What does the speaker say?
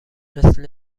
مثل